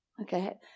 Okay